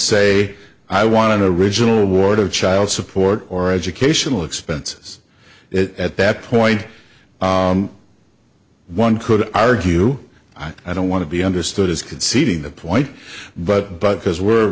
say i want to original award of child support or educational expenses it at that point one could argue i don't want to be understood as conceding the point but but because we're